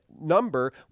number